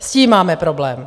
S tím máme problém.